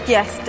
Yes